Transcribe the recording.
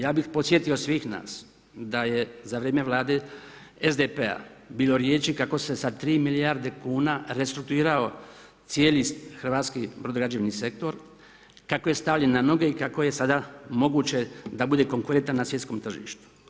Ja bih podsjetio svih nas, da je za vrijeme Vlade SDP-a bilo riječi kako se sa 3 milijarde kuna restrukturirao cijeli hrvatski brodograđevni sektor, kako je stavljen na noge i kako je sada moguće da bude konkurentan na svjetskom tržištu.